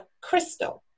Crystal